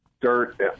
dirt